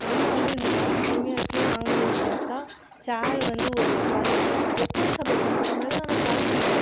ஆனால் வந்து இந்த காஸ்ட் கம்மியாக இருக்கே வாங்கினது பார்த்தா சேர் வந்து ஒரு குவாலிட்டி உக்காந்து சாப்பிட கம்ஃபர்ட்டபிளாக தான் ஆனால் குவாலிட்டி இல்லை